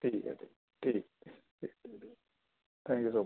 ٹھیک ہے ٹھیک ٹھیک ٹھیک تھینک یو سو